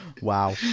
Wow